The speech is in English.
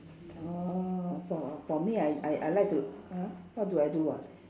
orh for for me I I I like to !huh! what do I do ah